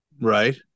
Right